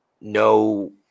no